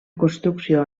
construcció